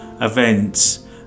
events